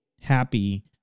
happy